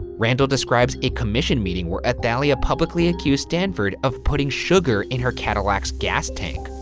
randall describes a commission meeting where athalia publicly accused stanford of putting sugar in her cadillac's gas tank.